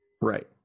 right